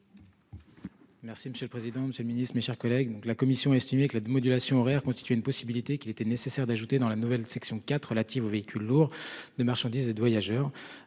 Merci monsieur le président, Monsieur le Ministre, mes chers collègues. Donc la commission a estimé que la modulation horaire constituait une possibilité qu'il était nécessaire d'ajouter dans la nouvelle section quatre relatives aux véhicules lourds, de marchandises et de voyageurs